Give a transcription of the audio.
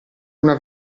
una